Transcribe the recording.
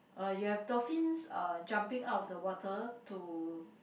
uh you have dolphins uh jumping out of the water to